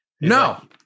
No